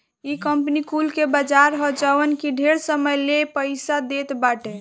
इ कंपनी कुल के बाजार ह जवन की ढेर समय ले पईसा देत बाटे